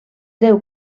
deu